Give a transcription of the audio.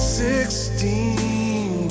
sixteen